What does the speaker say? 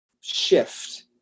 shift